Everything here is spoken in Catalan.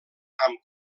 amb